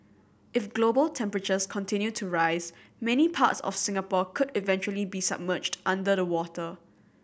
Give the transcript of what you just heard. if global temperatures continue to rise many parts of Singapore could eventually be submerged under the water